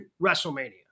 WrestleMania